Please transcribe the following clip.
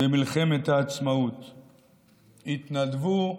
במלחמת העצמאות, התנדבו,